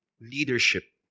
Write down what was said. leadership